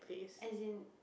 as in